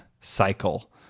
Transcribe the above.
cycle